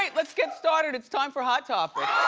let's get started. it's time for hot topics.